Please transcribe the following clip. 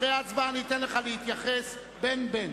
אחרי ההצבעה אני אתן לך להתייחס, בין, בין.